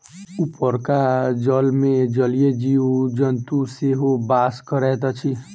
उपरका जलमे जलीय जीव जन्तु सेहो बास करैत अछि